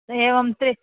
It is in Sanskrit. एवं त्रि